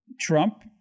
Trump